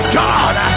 god